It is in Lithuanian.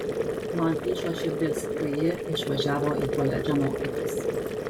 man plyšo širdis kai ji išvažiavo į koledžą mokytis